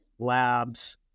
labs